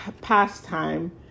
pastime